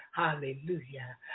hallelujah